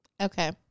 Okay